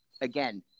Again